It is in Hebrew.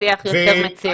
שיח יוצר מציאות.